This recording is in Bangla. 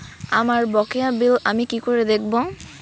আমার বকেয়া বিল আমি কি করে দেখব?